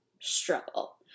struggle